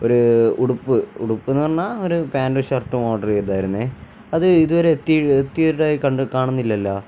ഒരു ഉടുപ്പ് ഉടുപ്പെന്നു പറഞ്ഞാല് ഒരു പാന്റും ഷർട്ടും ഓർഡർ ചെയ്തായിരുന്നേ അത് ഇതുവരെ എത്തിയതായി കാണുന്നില്ലല്ലോ